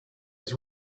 his